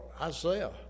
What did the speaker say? Isaiah